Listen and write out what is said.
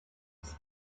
just